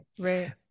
Right